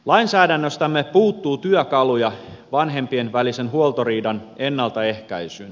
lainsäädännöstämme puuttuu työkaluja vanhempien välisen huoltoriidan ennaltaehkäisyyn